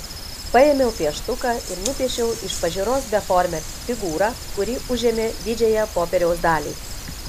paėmiau pieštuką ir nupiešiau iš pažiūros beformę figūrą kuri užėmė didžiąją popieriaus dalį